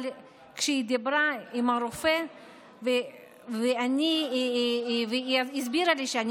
כשהיא דיברה עם הרופא היא הסבירה לי שאני